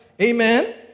Amen